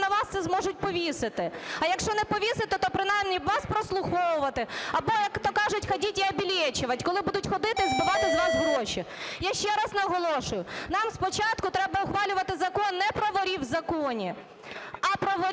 на вас це зможуть повісити. А якщо не повісити, то принаймні вас прослуховувати, або, як-то кажуть, "ходить и обилечивать", коли будуть ходити і збивати з вас гроші. Я ще раз наголошую, нам спочатку треба ухвалювати закон не про "ворів в законі", а про ворів